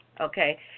okay